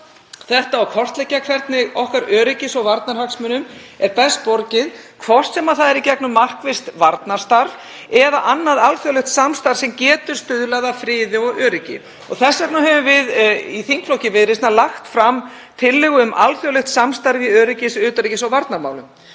þetta og kortleggja hvernig okkar öryggis- og varnarhagsmunum er best borgið, hvort sem það er í gegnum markvisst varnarstarf eða annað alþjóðlegt samstarf sem getur stuðlað að friði og öryggi. Þess vegna höfum við í þingflokki Viðreisnar lagt fram tillögu um alþjóðlegt samstarf í öryggis-, utanríkis- og varnarmálum.